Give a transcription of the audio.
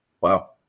Wow